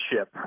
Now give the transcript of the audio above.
ship